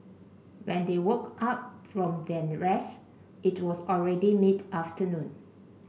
when they woke up from their rest it was already mid afternoon